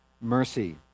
mercy